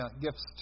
gifts